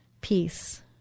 Peace